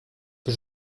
que